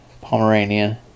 Pomeranian